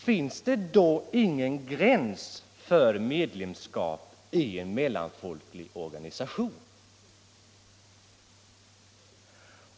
Finns det då ingen gräns för medlemskap i mellanfolkliga organisationer?